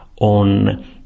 on